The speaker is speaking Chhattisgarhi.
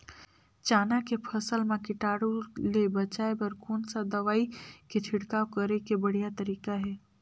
चाना के फसल मा कीटाणु ले बचाय बर कोन सा दवाई के छिड़काव करे के बढ़िया तरीका हे?